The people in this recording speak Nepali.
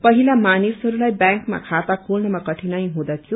पहिला मानिसहरूलाई ब्यांकमा खाता खोल्नमा कठिनाई हुँदथियो